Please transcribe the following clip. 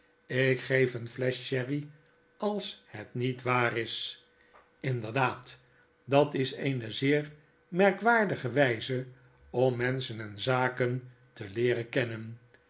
ik geef een flesch sherry als het niet waar is inderdaad dat is eene zeer merkwaardige wyze om menschen en zaken te leeren kennen